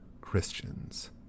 Christians